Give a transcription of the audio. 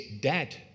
dead